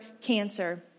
cancer